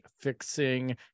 fixing